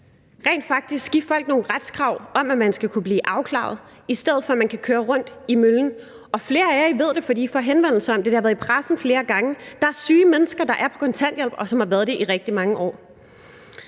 rent faktisk give folk nogle retskrav om, at de skal kunne blive afklaret, i stedet for at de skal køre rundt i møllen? Flere af jer ved det, fordi I får henvendelser om det, og det har været i pressen flere gange. Der er syge mennesker, der er på kontanthjælp, og som har været det i rigtig mange år.